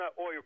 Oil